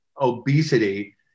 obesity